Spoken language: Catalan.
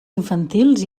infantils